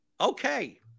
Okay